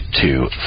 two